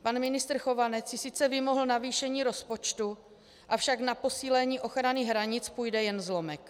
Pan ministr Chovanec si sice vymohl navýšení rozpočtu, avšak na posílení ochrany hranic půjde jen zlomek.